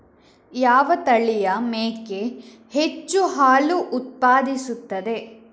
ಯಾವ ತಳಿಯ ಮೇಕೆ ಹೆಚ್ಚು ಹಾಲು ಉತ್ಪಾದಿಸುತ್ತದೆ?